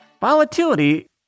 Volatility